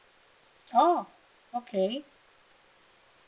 oh okay